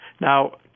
Now